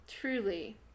Truly